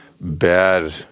bad